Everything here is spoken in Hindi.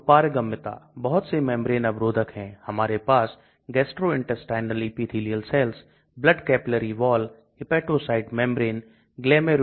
यहां पर बहुत अंतर होगा क्योंकि प्रत्येक सॉफ्टवेयर लिटरेचर से 1000 अमाउंट का चयन करेगा जिनके LogP ज्ञात है या प्रायोगिक रूप से निर्धारित है